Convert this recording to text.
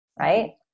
right